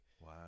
wow